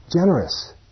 generous